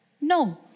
No